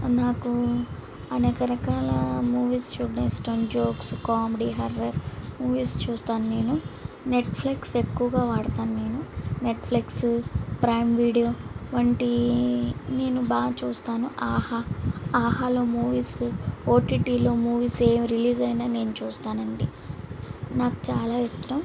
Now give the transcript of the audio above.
నాకు అనేక రకాల మూవీస్ చూడటం ఇష్టం జోక్స్ కామెడీ హార్రర్ మూవీస్ చూస్తాను నేను నెట్ఫ్లెక్స్ ఎక్కువగా వాడతాను నేను నెట్ఫ్లెక్స్ ప్రైమ్ వీడియో వంటివి నేను బాగా చూస్తాను ఆహా ఆహాలో మూవీస్ ఓటిటిలో మూవీస్ ఏమీ రిలీజ్ అయినా నేను చూస్తాను అండి నాకు చాలా ఇష్టం